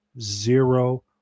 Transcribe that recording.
zero